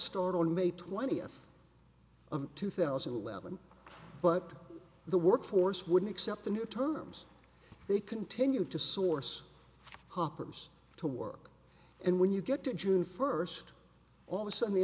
start on may twentieth of two thousand and eleven but the workforce wouldn't accept the new terms they continued to source hoppers to work and when you get to june first all the sudden the